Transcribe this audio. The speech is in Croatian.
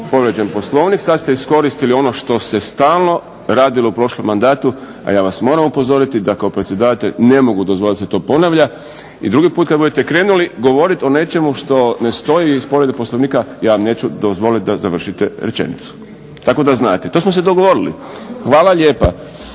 povrijeđen Poslovnik. Sada ste iskoristili ono što se stalno radilo u prošlom mandatu, a ja vas moram upozoriti da kao predsjedavatelj ne mogu dozvoliti da se to ponavlja. I drugi puta kada budete krenuli govoriti o nečemu što ne stoji iz povrede Poslovnika ja vam neću dozvoliti da završite rečenicu. Tako da znate, to smo se dogovorili. Hvala lijepa.